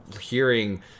hearing